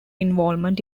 involvement